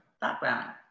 background